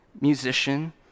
musician